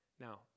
Now